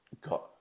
got